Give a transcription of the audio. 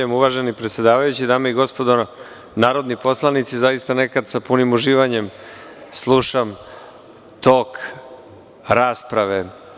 Uvaženi predsedavajući, dame i gospodo narodni poslanici, zaista nekada sa punim uživanjem slušam tok rasprave.